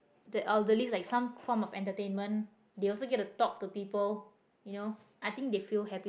the elderlies like some form of entertainment they also get to talk to people you know I think they feel happy